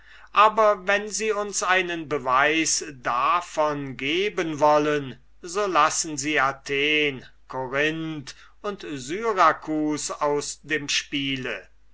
aber wenn sie uns einen beweis davon geben wollen so lassen sie athen korinth und syrakus aus dem spiele